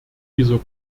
dieser